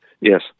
Yes